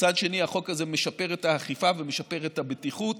מצד שני החוק הזה משפר את האכיפה ומשפר את הבטיחות.